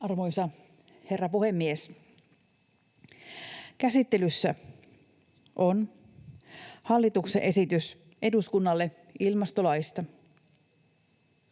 Arvoisa herra puhemies! Käsittelyssä on hallituksen esitys eduskunnalle ilmastolaista.